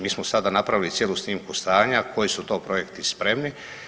Mi smo sada napravili cijelu snimku stanja koji su to projekti spremni.